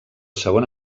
segon